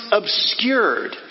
obscured